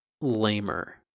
lamer